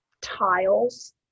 tiles